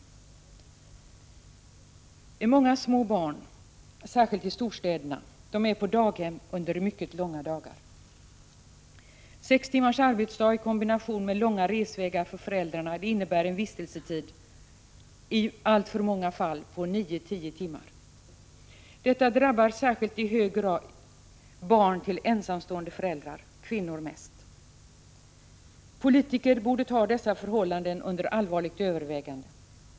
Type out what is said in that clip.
Många små barn, särskilt i storstäderna, är på daghem under mycket långa dagar. Sex timmars arbetsdag i kombination med långa resvägar för föräldrarna innebär en vistelsetid i alltför många fall på nio tio timmar. Detta drabbar i särskilt hög grad barn till ensamstående föräldrar, mest kvinnor. Politiker borde ta dessa förhållanden under allvarligt övervägande.